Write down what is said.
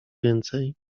więcej